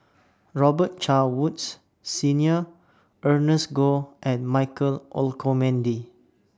Robet Carr Woods Senior Ernest Goh and Michael Olcomendy